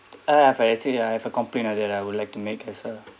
ah I've say ya I have a complain like that I would like to make as well